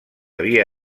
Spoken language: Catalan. havia